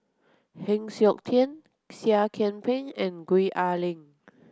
Heng Siok Tian Seah Kian Peng and Gwee Ah Leng